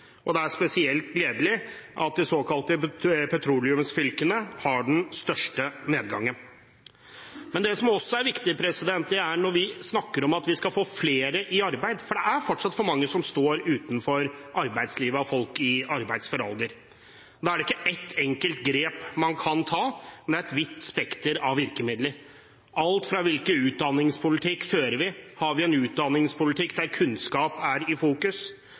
siden. Det er spesielt gledelig at de såkalte petroleumsfylkene har den største nedgangen. Men det som også er viktig, er å snakke om at vi skal få flere i arbeid. For det er fortsatt for mange som står utenfor arbeidslivet av folk i arbeidsfør alder. Da er det ikke ett enkelt grep man kan ta, men et vidt spekter av virkemidler – alt fra hvilken utdanningspolitikk vi fører, om vi har en utdanningspolitikk der kunnskap er i fokus,